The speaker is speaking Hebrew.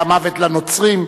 היה "מוות לנוצרים",